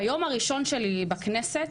ביום הראשון שלי בכנסת,